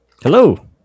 Hello